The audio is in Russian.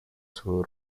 свою